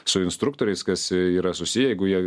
su instruktoriais kas yra susiję jeigu jie